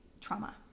trauma